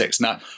Now